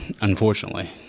unfortunately